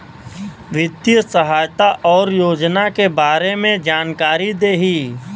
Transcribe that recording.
वित्तीय सहायता और योजना के बारे में जानकारी देही?